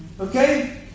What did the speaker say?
Okay